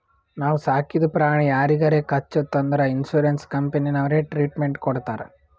ನಾವು ಸಾಕಿದ ಪ್ರಾಣಿ ಯಾರಿಗಾರೆ ಕಚ್ಚುತ್ ಅಂದುರ್ ಇನ್ಸೂರೆನ್ಸ್ ಕಂಪನಿನವ್ರೆ ಟ್ರೀಟ್ಮೆಂಟ್ ಕೊಡ್ತಾರ್